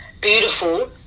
beautiful